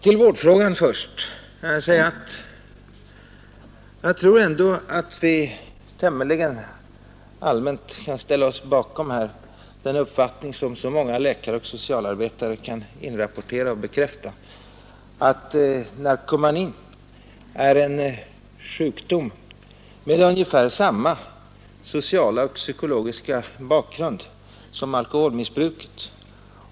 Beträffande först vårdfrågan tror jag att vi tämligen allmänt kan ställa oss bakom den uppfattning som så många läkare och socialarbetare kan inrapportera och bekräfta, nämligen att narkomanin är en sjukdom med ungefär samma sociala och psykologiska bakgrund som alkoholmissbruket.